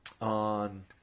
on